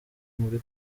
muri